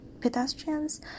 pedestrians